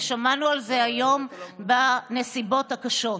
ושמענו על זה היום בנסיבות הקשות.